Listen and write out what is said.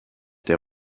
der